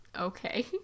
okay